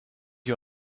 you